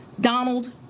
Donald